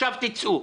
תצאו.